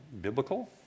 biblical